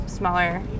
smaller